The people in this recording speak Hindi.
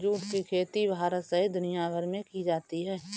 जुट की खेती भारत सहित दुनियाभर में की जाती है